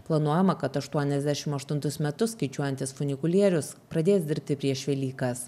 planuojama kad aštuoniasdešim aštuntus metus skaičiuojantis funikulierius pradės dirbti prieš velykas